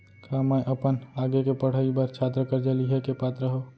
का मै अपन आगे के पढ़ाई बर छात्र कर्जा लिहे के पात्र हव?